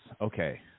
okay